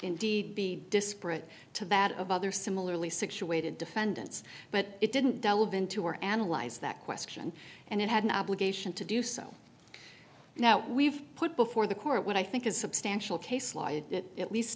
indeed be disparate to that of other similarly situated defendants but it didn't delve into our analyze that question and it had an obligation to do so now we've put before the court what i think is substantial